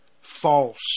false